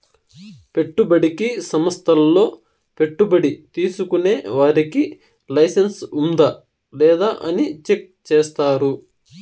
పెట్టుబడికి సంస్థల్లో పెట్టుబడి తీసుకునే వారికి లైసెన్స్ ఉందా లేదా అని చెక్ చేస్తారు